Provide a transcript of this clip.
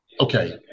okay